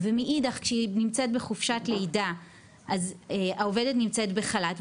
ומאידך כשהיא נמצאת בחופשת לידה העובדת נמצאת בחופשה ללא תשלום,